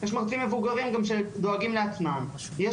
יש